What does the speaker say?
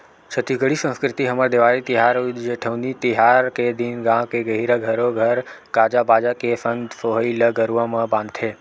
छत्तीसगढ़ी संस्कृति हमर देवारी तिहार अउ जेठवनी तिहार के दिन गाँव के गहिरा घरो घर बाजा गाजा के संग सोहई ल गरुवा म बांधथे